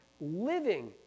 Living